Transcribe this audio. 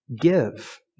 give